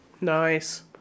Nice